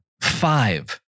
Five